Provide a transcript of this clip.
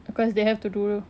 because they have to do